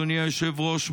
אדוני היושב-ראש,